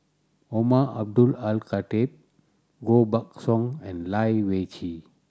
Umar Abdullah Al Khatib Koh Buck Song and Lai Weijie